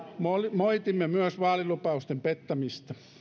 moitimme myös vaalilupausten pettämistä